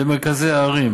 למרכזי הערים